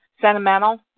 sentimental